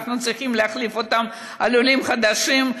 ואנחנו צריכים להחליף אותם בעולים חדשים,